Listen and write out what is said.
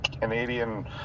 Canadian